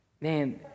man